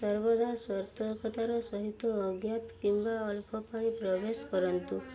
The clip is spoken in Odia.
ସର୍ବଦା ସତର୍କତାର ସହିତ ଅଜ୍ଞାତ କିମ୍ବା ଅଳ୍ପପାଣି ପ୍ରବେଶ କରନ୍ତୁ